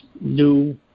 new